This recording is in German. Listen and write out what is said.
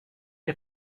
die